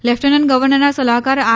lieutenant ગર્વનરના સલાહકાર R